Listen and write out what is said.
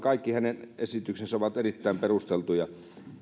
kaikki hänen esityksensä ovat erittäin perusteltuja